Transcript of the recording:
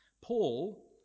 Paul